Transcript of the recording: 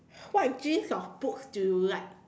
what genes of books do you like